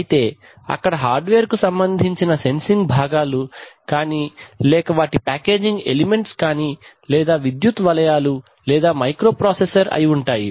అయితే అక్కడ hardware కు సంబంధించిన సెన్సింగ్ భాగాలు కానీ లేక వాటి ప్యాకేజింగ్ ఎలిమెంట్స్ కానీ లేదా విద్యుత్ వలయాలు లేదా మైక్రో ప్రాసెసర్ అయి ఉంటాయి